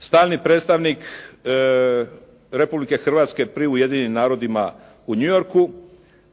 stalni predstavnik Republike Hrvatske pri Ujedinjenim narodima u New York-u,